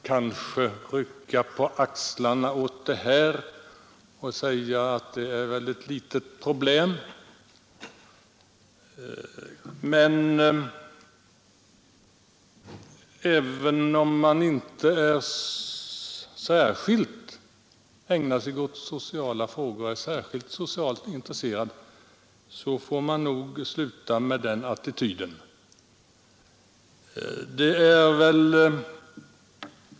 Man kan rycka på axlarna åt det här och säga att det är ett mycket litet problem. Men även den som inte särskilt ägnar sig åt sociala frågor och som inte är särskilt socialt intresserad får nog sluta ha den attityden!